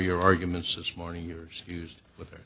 your arguments this morning years used but ther